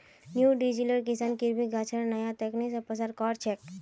न्यूजीलैंडेर किसान कीवी गाछेर नया तकनीक स प्रसार कर छेक